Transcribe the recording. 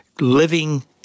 living